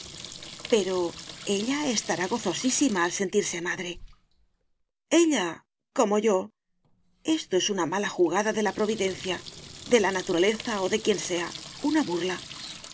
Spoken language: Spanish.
pero ella estará gozosísima al sentirse madre ella como yo esto es una mala jugada de la providencia de la naturaleza o de quien sea una burla